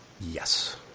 Yes